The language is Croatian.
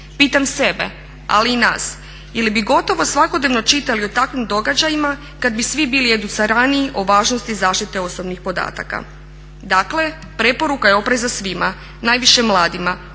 Pitam sebe, ali i nas, da li bi gotovo svakodnevno čitali o takvim događajima kad bi svi bili educiraniji o važnosti zaštite osobnih podataka? Dakle, preporuka je opreza svima, najviše mladima